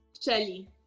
Shelly